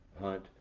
Hunt